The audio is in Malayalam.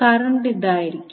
കറന്റ് ഇതായിരിക്കും